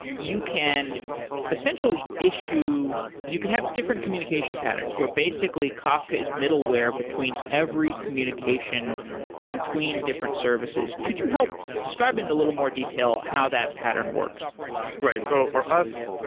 you can essentially issue you can have different communication patterns where basically kafka is middleware between every communication between different services. could you help describe in a little more detail how that pattern works right. so for us,